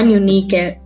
unique